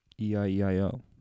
E-I-E-I-O